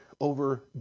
over